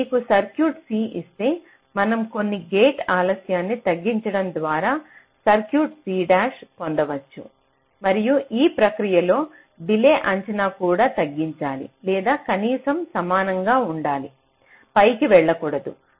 మీకు circuit C ఇస్తే మనం కొన్ని గేట్ ఆలస్యాన్ని తగ్గించడం ద్వారా సర్క్యూట్ C' పొందవచ్చు మరియు ఈ ప్రక్రియలో డిలే అంచనా కూడా తగ్గించాలి లేదా కనీసం సమానంగా ఉండాలి పైకి వెళ్లకూడదు